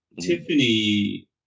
Tiffany